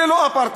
זה לא אפרטהייד.